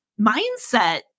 mindset